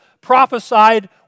prophesied